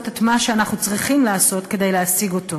את מה שאנחנו צריכים לעשות כדי להשיג אותו.